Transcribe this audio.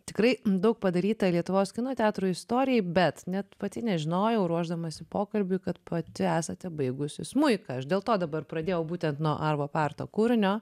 tikrai daug padaryta lietuvos kino teatrų istorijai bet net pati nežinojau ruošdamasi pokalbiui kad pati esate baigusi smuiką aš dėl to dabar pradėjau būtent nuo arvo parto kūrinio